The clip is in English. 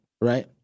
right